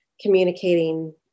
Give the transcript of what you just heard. communicating